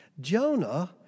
Jonah